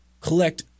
collect